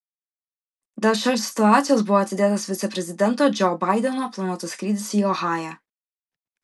dėl šios situacijos buvo atidėtas viceprezidento džo baideno planuotas skrydis į ohają